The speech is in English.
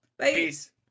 Peace